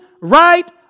right